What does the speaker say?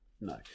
No